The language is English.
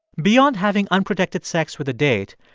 beyond having unprotected sex with a date,